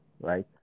Right